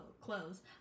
clothes